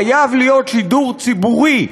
חייב להיות שידור ציבורי,